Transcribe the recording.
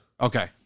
Okay